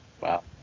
Wow